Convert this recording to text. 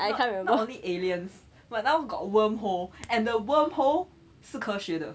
not not only aliens but now got wormhole and the wormhole is 科学的